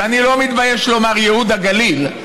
אני לא מתבייש לומר "ייהוד הגליל".